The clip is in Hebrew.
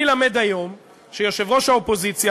אני למד היום שיושב-ראש האופוזיציה,